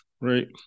right